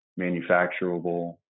manufacturable